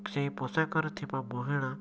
ସେଇ ପୋଷାକରେ ଥିବା ମଇଳା